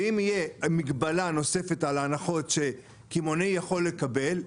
ואם תהיה מגבלה נוספת על ההנחות שקמעונאי יכול לקבל,